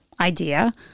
idea